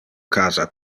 casa